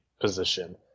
position